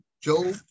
joe